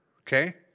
Okay